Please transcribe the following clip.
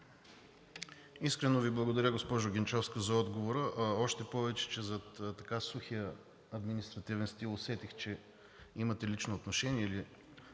Искрено Ви благодаря, госпожо Генчовска, за отговора, още повече че зад сухия административен стил усетих, че имате лично отношение или